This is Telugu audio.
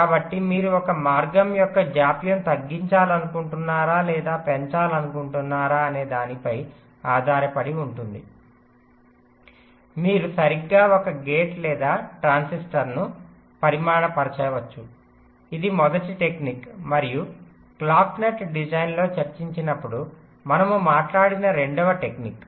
కాబట్టి మీరు ఒక మార్గం యొక్క జాప్యం తగ్గించాలనుకుంటున్నారా లేదా పెంచాలనుకుంటున్నారా అనేదానిపై ఆధారపడి మీరు సరిగ్గా ఒక గేట్ లేదా ట్రాన్సిస్టర్ను పరిమాణపరచవచ్చు ఇది మొదటి టెక్నిక్ మరియు క్లాక్ నెట్ డిజైన్లో చర్చించినప్పుడు మనము మాట్లాడిన రెండవ టెక్నిక్